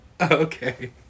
Okay